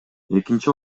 экинчи